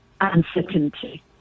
uncertainty